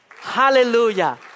Hallelujah